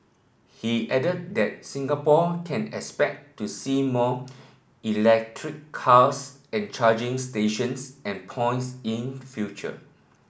he added that Singapore can expect to see more electric cars and charging stations and points in future